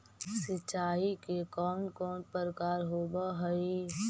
सिंचाई के कौन कौन प्रकार होव हइ?